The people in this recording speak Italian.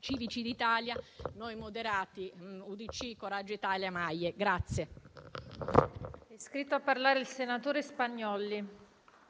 Civici d'Italia-Noi Moderati (UDC-Coraggio Italia-Noi con